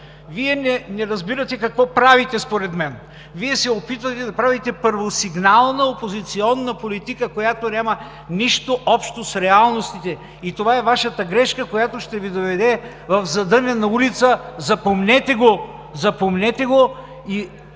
Вие не разбирате какво правите според мен! Вие се опитвате да правите първосигнална опозиционна политика, която няма нищо общо с реалностите. Това е Вашата грешка, която ще Ви доведе в задънена улица. Запомнете го! Запомнете го